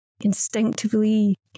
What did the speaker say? instinctively